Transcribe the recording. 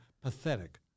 pathetic